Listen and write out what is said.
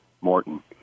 Morton